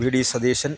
V D Satheesan